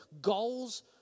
goals